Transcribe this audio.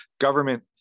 government